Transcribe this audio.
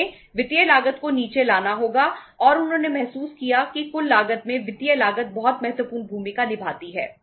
उन्हें वित्तीय लागत को नीचे लाना होगा और उन्होंने महसूस किया कि कुल लागत में वित्तीय लागत बहुत महत्वपूर्ण भूमिका निभाती है